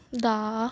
ਦਾ